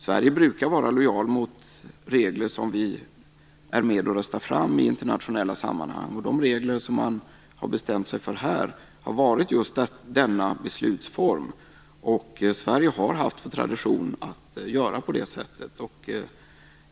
Sverige brukar vara lojalt mot regler som vi har röstat fram i internationella sammanhang. De regler som har bestämts här har varit denna beslutsform. Sverige har haft som tradition att göra så.